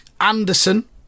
Anderson